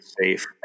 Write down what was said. safe